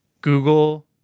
google